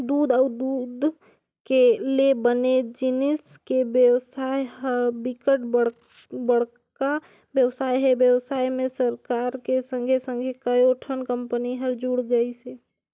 दूद अउ दूद ले बने जिनिस के बेवसाय ह बिकट बड़का बेवसाय हे, बेवसाय में सरकार के संघे संघे कयोठन कंपनी हर जुड़ गइसे